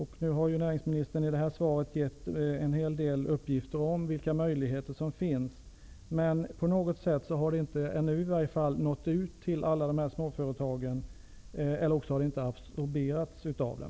Näringsministern har i svaret givit en hel del uppgifter om vilka möjligheter som finns, men av något skäl har de i varje fall inte ännu nått ut till alla småföretag eller inte absorberats av dem.